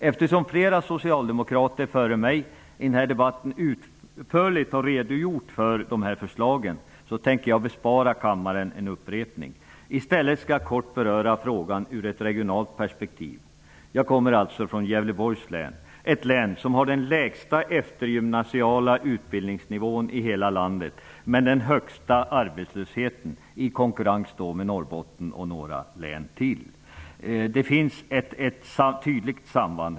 Eftersom flera socialdemokrater före mig i den här debatten utförligt har redogjort för dessa förslag tänker jag bespara kammaren en upprepning. I stället skall jag kort beröra frågan ur ett regionalt perspektiv. Jag kommer alltså från Gävleborgs län. Det är ett län som har den lägsta eftergymnasiala utbildningsnivån i hela landet och den högsta arbetslösheten, i konkurrens med Norrbotten och några län till. Det finns ett tydligt samband.